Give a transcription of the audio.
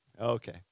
Okay